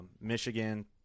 Michigan